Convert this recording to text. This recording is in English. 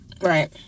Right